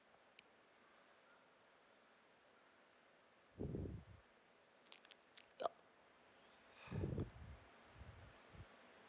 uh